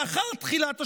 לאחר תחילת השיפוץ,